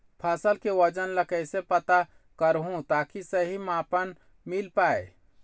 फसल के वजन ला कैसे पता करहूं ताकि सही मापन मील पाए?